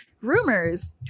rumors